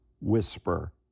whisper